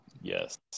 Yes